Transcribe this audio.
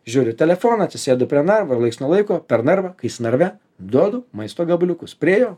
žiūriu į telefoną atsisėdu prie narvo ir laiks nuo laiko per narvą kai jis narve duodu maisto gabaliukus prie jo